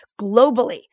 globally